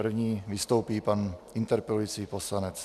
První vystoupí pan interpelující poslanec.